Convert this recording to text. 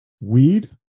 weed